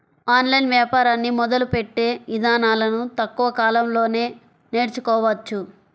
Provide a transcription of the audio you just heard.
online వ్యాపారాన్ని మొదలుపెట్టే ఇదానాలను తక్కువ కాలంలోనే నేర్చుకోవచ్చు